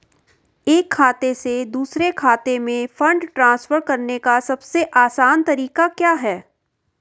एक खाते से दूसरे खाते में फंड ट्रांसफर करने का सबसे आसान तरीका क्या है?